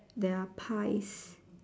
they are pies